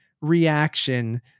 reaction